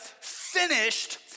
finished